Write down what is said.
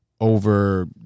over –